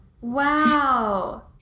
wow